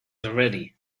already